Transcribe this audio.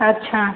अच्छा